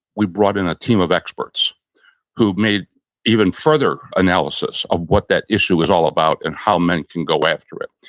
we brought in a team of experts who made even further analysis of what that issue was all about and how men can go after it.